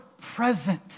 present